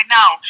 now